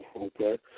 okay